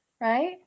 right